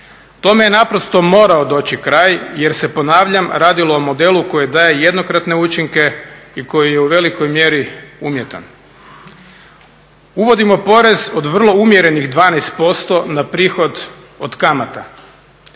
Tome je naprosto morao doći kraj jer se, ponavljam, radilo o modelu koji daje jednokratne učinke i koji je u velikoj mjeri umjetan. Uvodimo porez od vrlo umjerenih 12% na prihod od kamata.